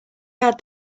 had